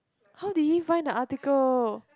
how did he find the article